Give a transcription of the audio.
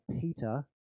Peter